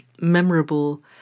memorable